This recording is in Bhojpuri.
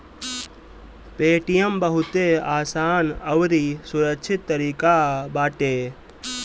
पेटीएम बहुते आसान अउरी सुरक्षित तरीका बाटे